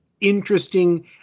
interesting